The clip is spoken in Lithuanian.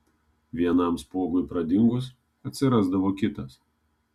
vienam spuogui pradingus atsirasdavo kitas